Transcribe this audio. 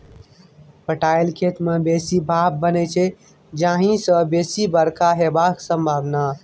पटाएल खेत मे बेसी भाफ बनै छै जाहि सँ बेसी बरखा हेबाक संभाबना